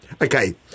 okay